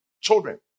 children